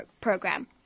Program